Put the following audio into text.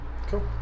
Cool